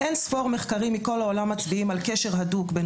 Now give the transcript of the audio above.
אינספור מחקרים מכל העולם מצביעים על קשר הדוק בין